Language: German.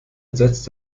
ersetzt